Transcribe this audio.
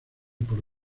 por